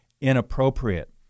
inappropriate